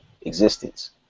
existence